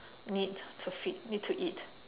need to feed need to eat